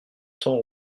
temps